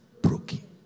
Broken